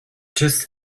just